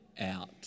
out